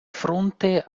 fronte